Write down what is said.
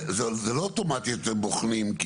זה לא אוטומטי אתם בוחנים.